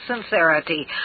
sincerity